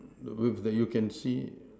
with that you can see